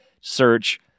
search